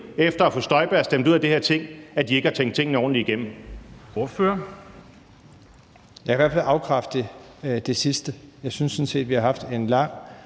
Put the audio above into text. fru Inger Støjberg stemt ud af det her Ting, at de ikke har tænkt tingene ordentligt igennem.